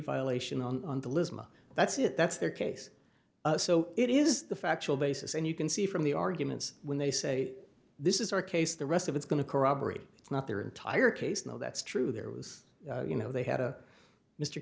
violation on the list that's it that's their case so it is the factual basis and you can see from the arguments when they say this is our case the rest of it's going to corroborate not their entire case no that's true there was you know they had a mr